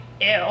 ew